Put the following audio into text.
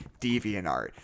DeviantArt